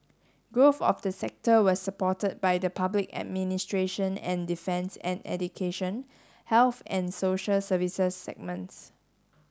growth of the sector was supported by the public administration and defence and education health and social services segments